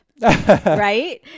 right